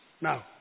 Now